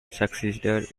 succeeded